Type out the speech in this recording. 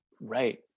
Right